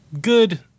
good